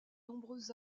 nombreuses